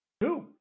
Two